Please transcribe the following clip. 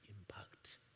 impact